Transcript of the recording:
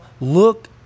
look